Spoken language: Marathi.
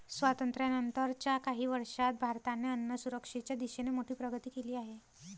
स्वातंत्र्यानंतर च्या काही वर्षांत भारताने अन्नसुरक्षेच्या दिशेने मोठी प्रगती केली आहे